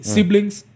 Siblings